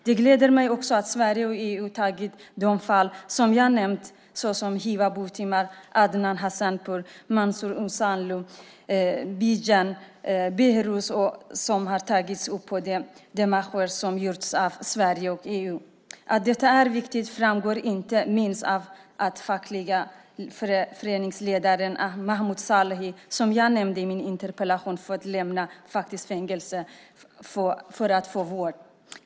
Det gläder mig också att Sverige och EU tagit upp de fall som jag nämnt, såsom Hiwa Botman, Adnan Hassanpour, Mansour Ossanlou, Bijan och Behruz, i de démarcher som har gjorts av Sverige och EU. Att detta är viktigt framgår inte minst av att den fackliga föreningsledaren Mahmoud Salehi, som jag nämnde i min interpellation, faktiskt har fått lämna fängelset för att få vård.